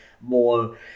more